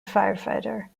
firefighter